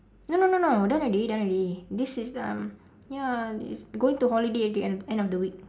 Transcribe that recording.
no no no no done already done already this is um ya it's going to holiday again end of the week